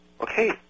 Okay